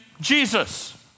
Jesus